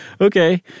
Okay